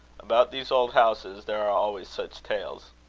about these old houses there are always such tales.